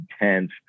intense